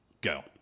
Go